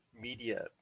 media